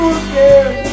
again